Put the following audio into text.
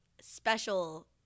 special